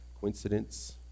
coincidence